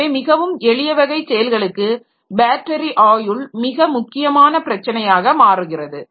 எனவேமிகவும் எளிய வகை செயல்களுக்கு பேட்டரி ஆயுள் மிக முக்கியமான பிரச்சனையாக மாறுகிறது